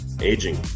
aging